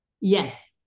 Yes